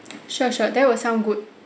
sure sure that will sound good